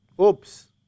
Oops